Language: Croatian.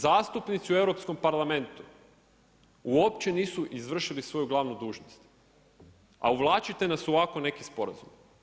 Zastupnici u Europskom parlamentu uopće nisu izvršili svoju glavnu dužnost, a uvlačite nas u ovako neki sporazum.